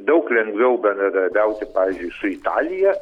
daug lengviau bendradarbiauti pavyzdžiui su italija